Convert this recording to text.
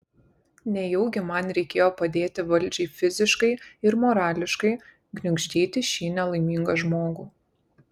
nejaugi man reikėjo padėti valdžiai fiziškai ir morališkai gniuždyti šį nelaimingą žmogų